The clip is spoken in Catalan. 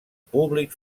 públic